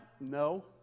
No